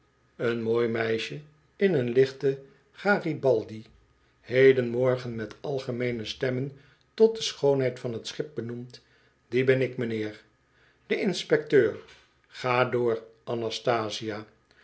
een mooi meisje in een lichte garibaldi hedenmorgen met algemeene stemmen tot de schoonheid van t schip benoemd die ben ik m'nheer de inspecteur ga door anastasia